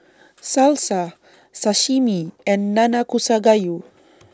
Salsa Sashimi and Nanakusa Gayu